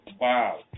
Wow